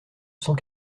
cent